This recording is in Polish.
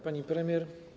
Pani Premier!